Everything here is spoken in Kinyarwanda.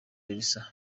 elsa